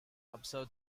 observe